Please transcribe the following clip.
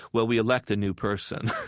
well, we elect a new person.